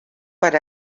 per